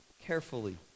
carefully